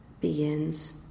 begins